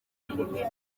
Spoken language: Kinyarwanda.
umudage